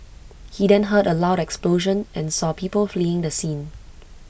he then heard A loud explosion and saw people fleeing the scene